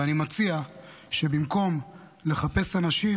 ואני מציע שבמקום לחפש אנשים,